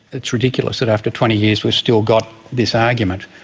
it's ridiculous that after twenty years we've still got this argument.